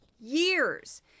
years